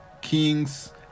kings